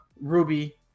ruby